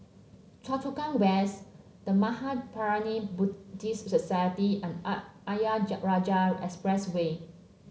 Choa Chu Kang West The Mahaprajna Buddhist Society and Ayer Jah Rajah Expressway